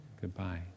goodbye